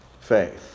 faith